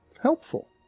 helpful